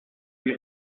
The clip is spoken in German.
die